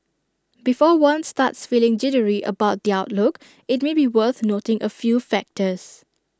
before one starts feeling jittery about the outlook IT may be worth noting A few factors